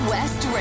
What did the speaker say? West